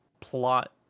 plot